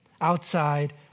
Outside